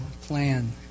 plan